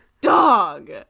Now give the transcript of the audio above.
Dog